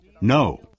no